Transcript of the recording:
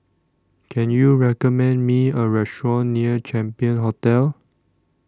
Can YOU recommend Me A Restaurant near Champion Hotel